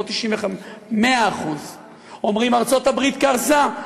לא 80% 100%. אומרים: ארצות-הברית קרסה.